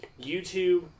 YouTube